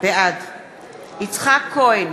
בעד יצחק כהן,